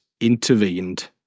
intervened